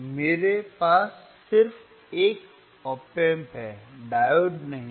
मेरे पास सिर्फ एक आप एम्प है डायोड नहीं है